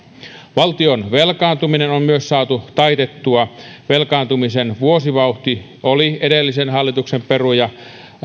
valtion velkaantuminen on myös saatu taitettua velkaantumisen vuosivauhti oli edellisen hallituksen peruja